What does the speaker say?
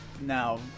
now